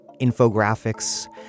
infographics